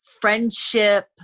friendship